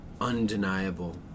undeniable